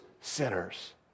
sinners